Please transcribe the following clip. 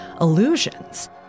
illusions